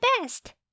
best